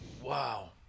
Wow